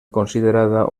considerada